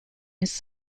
his